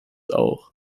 auch